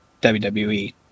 WWE